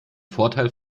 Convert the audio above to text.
vorteil